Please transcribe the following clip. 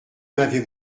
m’avez